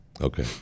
Okay